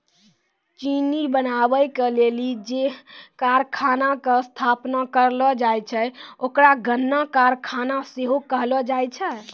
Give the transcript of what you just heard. चिन्नी बनाबै के लेली जे कारखाना के स्थापना करलो जाय छै ओकरा गन्ना कारखाना सेहो कहलो जाय छै